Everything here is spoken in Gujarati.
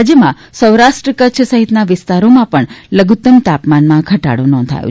રાજ્યમાં સૌરાષ્ટ્ર કચ્છ સહિતના વિસ્તારોમાં પણ લધુત્તમ તાપમાનમાં ઘટાડો નોંધાયો